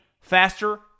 faster